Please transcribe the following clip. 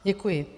Děkuji.